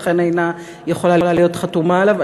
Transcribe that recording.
לכן אינה יכולה להיות חתומה עליו.